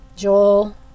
Joel